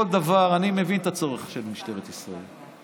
אני מבין את הצורך של משטרת ישראל.